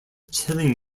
chilling